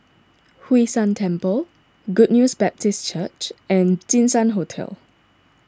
Hwee San Temple Good News Baptist Church and Jinshan Hotel